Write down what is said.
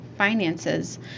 finances